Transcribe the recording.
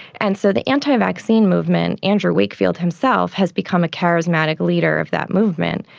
and so the anti-vaccine movement, andrew wakefield himself has become a charismatic leader of that movement.